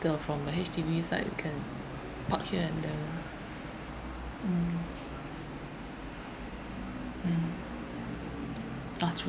the from the H_D_B side we can park here and there lor mm mm uh true